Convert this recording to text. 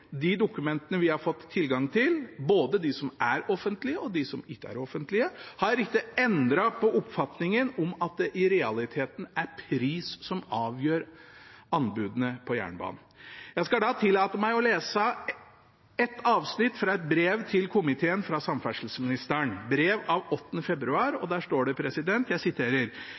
de dokumentene vi har fått tilgang til – både de som er offentlige, og de som ikke er offentlige – ikke har endret på oppfatningen om at det i realiteten er pris som avgjør anbudene på jernbanen. Jeg skal tillate meg å lese et avsnitt fra et brev til komiteen fra samferdselsministeren – et brev av 8. februar. Der står det: